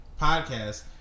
podcast